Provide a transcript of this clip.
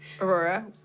Aurora